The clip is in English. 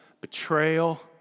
betrayal